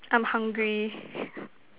I'm hungry